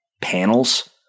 panels